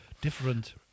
different